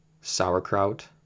sauerkraut